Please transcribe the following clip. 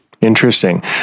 Interesting